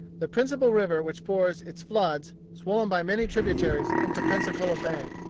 the principal river which pours its floods, swollen by many tributaries, into pensacola bay.